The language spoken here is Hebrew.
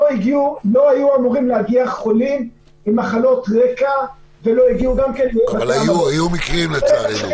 לא היו אמורים להגיע חולים עם מחלקות רקע --- אבל לצערנו כן